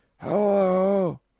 Hello